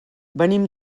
venim